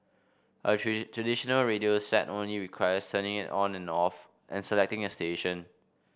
a traditional radio set only requires turning it on or off and selecting a station